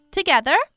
Together